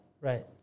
Right